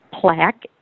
plaque